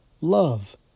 love